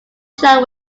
child